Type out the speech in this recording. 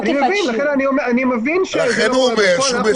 תוקף האישור --- אני מבין שזה לא קורה בפועל.